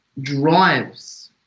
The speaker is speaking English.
drives